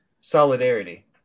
Solidarity